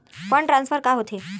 Fund transfer का होथे?